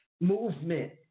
movement